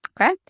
Okay